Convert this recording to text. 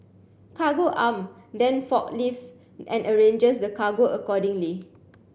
Cargo Arm then forklifts and arranges the cargo accordingly